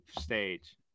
stage